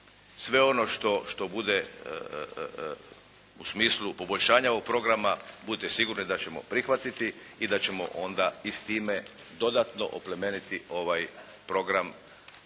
sve ono što bude u smislu poboljšanja ovog programa. Budite sigurni da ćemo prihvatiti i da ćemo onda i s time dodatno oplemeniti ovaj program,